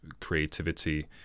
creativity